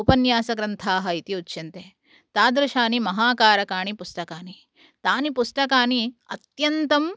उपन्यासग्रन्थाः इति उच्यन्ते तादृशानि महाकारकाणि पुस्तकानि तानि पुस्तकानि अत्यन्तम्